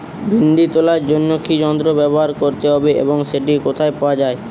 ভিন্ডি তোলার জন্য কি যন্ত্র ব্যবহার করতে হবে এবং সেটি কোথায় পাওয়া যায়?